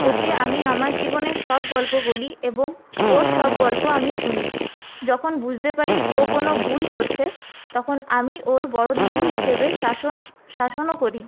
ওকে আমি আমার জীবনের সব গল্প বলি এবং ওর সব গল্প আমি শুনি যখন বুঝতে পারি ও কোনো ভুল করছে তখন আমি ওর বড়ো দিদি হিসেবে শাসন শাসনও করি